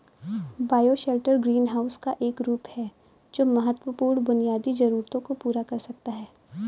bioshelter greenhouse का एक रूप है जो महत्वपूर्ण बुनियादी जरूरतों को पूरा कर सकता है